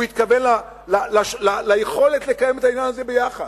הוא התכוון ליכולת לקיים את העניין הזה ביחד.